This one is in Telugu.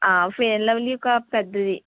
ఫెయిర్ అండ్ లవ్లీ ఒక పెద్దది